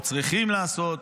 או צריכים לעשות,